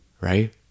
right